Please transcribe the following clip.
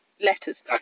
letters